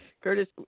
Curtis